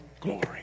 glory